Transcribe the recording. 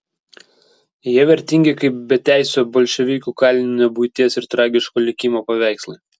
jie vertingi kaip beteisio bolševikų kalinio buities ir tragiško likimo paveikslai